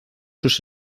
sus